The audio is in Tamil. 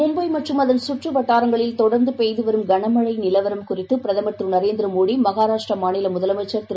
மும்பைமற்றும் அதன் கற்றுவட்டாரங்களில் தொடர்ந்தபெய்துவரும் கனமழைநிலவரம் குறித்துபிரதமர் திரு நரேந்திரமோடிமகராஷ்ட்ராமாநிலமுதலமைச்சர் திரு